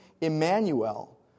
Emmanuel